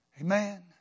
Amen